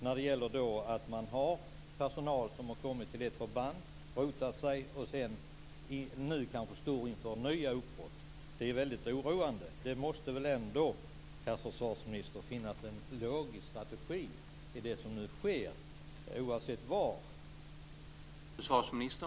Man har ju personal som har kommit till ett förband och rotat sig och som nu kanske står inför nya uppbrott. Detta är väldigt oroande. Det måste väl ändå, herr försvarsminister, finnas en logisk strategi i det som nu sker, oavsett var det sker.